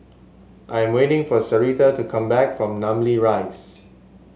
I'm waiting for Sarita to come back from Namly Rise